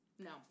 No